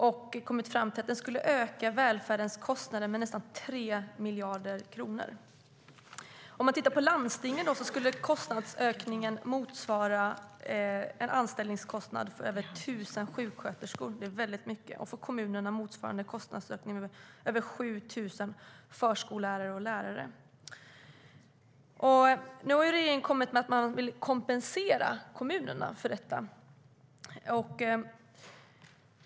Man har kommit fram till att de skulle öka välfärdens kostnader med nästan 3 miljarder kronor. Nu vill regeringen kompensera kommunerna för detta.